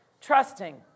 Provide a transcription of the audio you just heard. Trusting